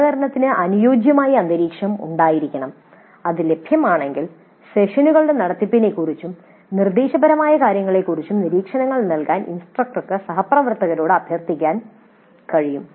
സഹകരണത്തിന് അനുയോജ്യമായ ഒരു അന്തരീക്ഷം ഉണ്ടായിരിക്കണം അത് ലഭ്യമാണെങ്കിൽ സെഷനുകളുടെ നടത്തിപ്പിനെക്കുറിച്ചും നിർദ്ദേശപരമായ കാര്യങ്ങളെക്കുറിച്ചും നിരീക്ഷണങ്ങൾ നൽകാൻ ഇൻസ്ട്രക്ടർക്ക് സഹപ്രവർത്തകനോട് അഭ്യർത്ഥിക്കാൻ കഴിയും